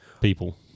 people